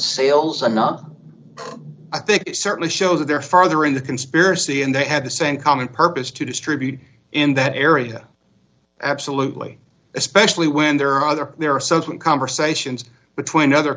sales i'm not i think it certainly shows that there are further in the conspiracy and they had the same common purpose to distribute in that area absolutely especially when there are other there are so when conversations between other